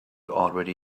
already